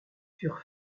furent